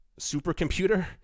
supercomputer